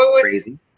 Crazy